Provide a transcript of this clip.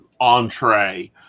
entree